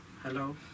hello